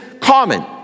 common